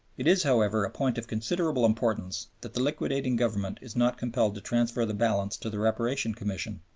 it is, however, a point of considerable importance that the liquidating government is not compelled to transfer the balance to the reparation commission,